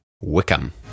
Wickham